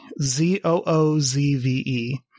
Z-O-O-Z-V-E